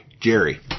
Jerry